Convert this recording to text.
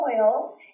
oil